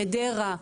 חדרה,